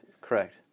Correct